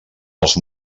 els